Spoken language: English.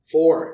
Four